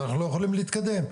אנחנו לא יכולים להתקדם.